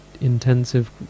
intensive